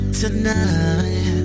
tonight